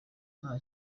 nta